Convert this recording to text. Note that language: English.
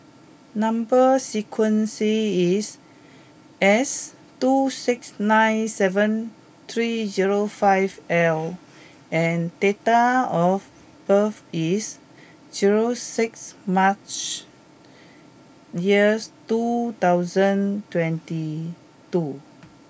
number sequence is S two six nine seven three zero five L and date of birth is zero six March years two thousand twenty two